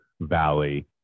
Valley